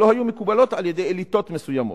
שלא היו מקובלות על אליטות מסוימות.